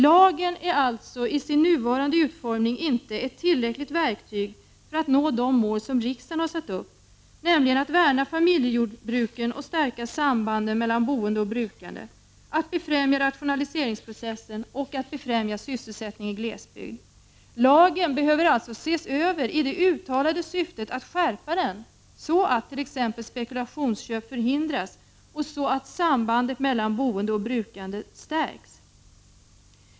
Lagen är alltså i sin nuvarande utformning inte ett tillräckligt verktyg för att nå de mål riksdagen har satt upp, nämligen: Ö Att värna om familjejordbruken och stärka sambanden mellan boende och brukande, Ö att befrämja rationaliseringsprocessen inom jordoch skogsbruk samt Lagen behöver alltså ses över i det uttalade syftet att skärpa den, så att t.ex. spekulationsköp förhindras och så att sambandet mellan boende och brukande stärks.